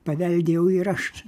paveldėjau ir aš